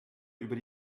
über